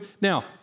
Now